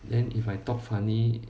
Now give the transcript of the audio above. then if I talk funny